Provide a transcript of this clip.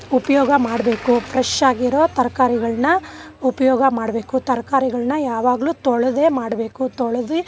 ಉಪಯೋಗ ಮಾಡಬೇಕು ಫ್ರೆಶ್ಶಾಗಿರೋ ತರ್ಕಾರಿಗಳನ್ನ ಉಪಯೋಗ ಮಾಡಬೇಕು ತರ್ಕಾರಿಗಳನ್ನ ಯಾವಾಗಲು ತೊಳೆದೇ ಮಾಡಬೇಕು ತೊಳ್ದು